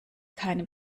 keinem